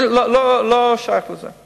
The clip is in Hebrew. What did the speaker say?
אני לא שייך לזה.